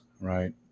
right